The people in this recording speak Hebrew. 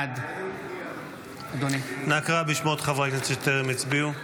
בעד נא קרא בשמות חברי הכנסת שטרם הצביעו.